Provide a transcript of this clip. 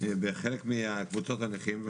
בחלק מקבוצות הנכים.